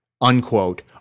Unquote